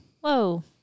Whoa